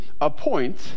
appoint